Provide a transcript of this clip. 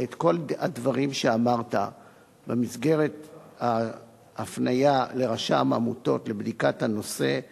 את כל הדברים שאמרת במסגרת ההפניה לרשם העמותות לבדיקת הנושא,